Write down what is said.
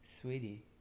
Sweetie